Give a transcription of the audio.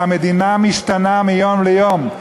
המדינה משתנה מיום ליום.